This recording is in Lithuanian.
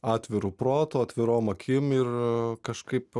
atviru protu atvirom akim ir kažkaip